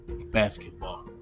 basketball